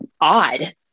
odd